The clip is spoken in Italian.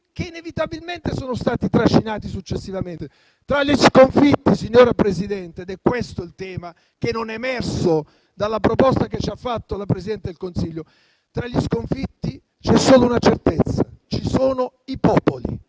che inevitabilmente sono stati trascinati successivamente. Tra gli sconfitti, signora Presidente - ed è questo il tema che non è emerso dalla proposta che ci ha fatto la Presidente del Consiglio - c'è solo una certezza: ci sono i popoli.